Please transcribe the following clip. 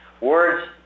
Words